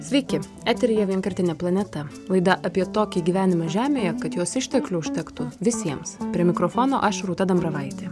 sveiki eteryje vienkartinė planeta laida apie tokį gyvenimą žemėje kad jos išteklių užtektų visiems prie mikrofono aš rūta dambravaitė